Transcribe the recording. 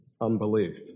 unbelief